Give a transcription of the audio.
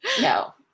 no